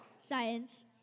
Science